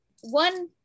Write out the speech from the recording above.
One